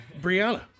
Brianna